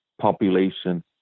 population